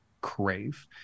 crave